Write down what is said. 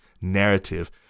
narrative